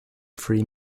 three